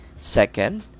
Second